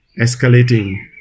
escalating